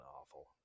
awful